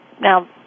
now